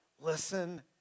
Listen